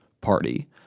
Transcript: party